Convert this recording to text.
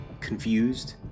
confused